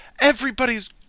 everybody's